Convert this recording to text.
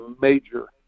major